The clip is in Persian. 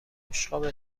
بشقاب